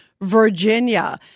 Virginia